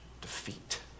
defeat